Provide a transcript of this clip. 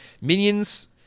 Minions